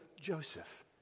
Joseph